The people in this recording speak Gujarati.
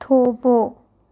થોભો